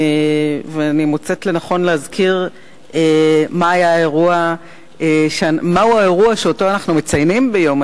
ואני מוצאת לנכון להזכיר מהו האירוע שאנחנו מציינים ביום